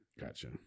Gotcha